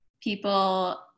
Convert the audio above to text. people